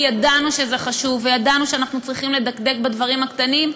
כי ידענו שזה חשוב וידענו שאנחנו צריכים לדקדק בדברים הקטנים,